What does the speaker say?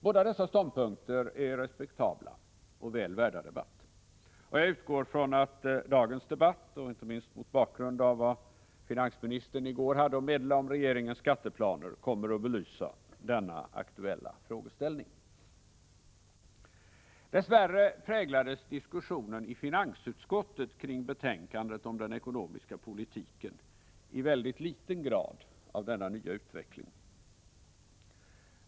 Båda dessa ståndpunkter är respektabla och väl värda debatt, och jag utgår från att dagens debatt, inte minst mot bakgrund av vad finansministern i går hade att meddela om regeringens skatteplaner, kommer att belysa denna aktuella frågeställning. Dess värre präglades diskussionen i finansutskottet kring betänkandet om den ekonomiska politiken i väldigt liten grad av denna nya utveckling.